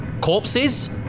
Corpses